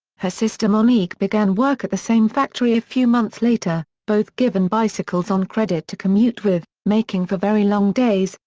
her sister monique began work at the same factory a few months later, both given bicycles on credit to commute with, making for very long days,